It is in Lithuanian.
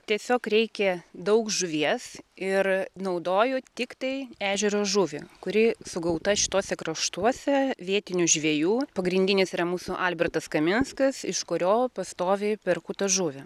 tiesiog reikia daug žuvies ir naudoju tiktai ežero žuvį kuri sugauta šituose kraštuose vietinių žvejų pagrindinis yra mūsų albertas kaminskas iš kurio pastoviai perku tą žuvį